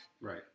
Right